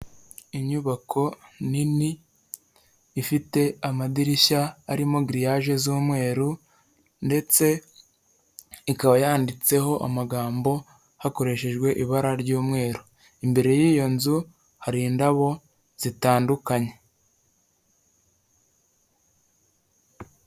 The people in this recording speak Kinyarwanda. Inyubako nini ifite amadirishya arimo giriyaje z'umweru ndetse ikaba yanditseho amagambo hakoreshejwe ibara ry'umweru. Imbere y'iyo nzu hari indabo zitandukanye.